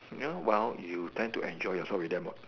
ya well you tend to enjoy yourself with them what